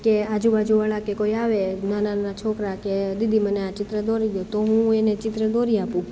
કે આજુ બાજુ વાળા કે કોઈ આવે નાના નાના છોકરા કે દીદી મને આ ચિત્ર દોરી દે તો હું એને ચિત્ર દોરી આપું